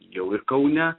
jau ir kaune